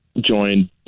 joined